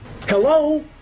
Hello